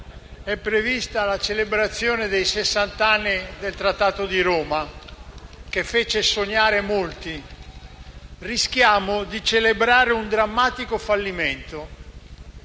è prevista la celebrazione dei sessant'anni del Trattato di Roma, che fece sognare molti: ebbene, rischiamo di celebrare un drammatico fallimento.